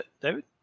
David